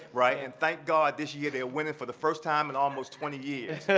right and thank god this year they're winning for the first time in almost twenty years,